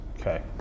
Okay